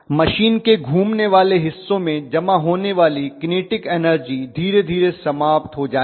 machine के घूमने वाले हिस्सों में जमा होने वाली किनेटिक एनर्जी धीरे धीरे समाप्त हो जाएगी